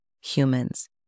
humans